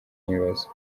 n’ibibazo